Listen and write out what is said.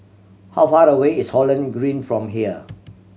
how far away is Holland Green from here